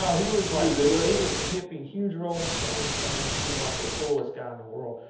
so he was like he was into it? he was a hippie, huge rolling stones fan. he was like the coolest guy in the world.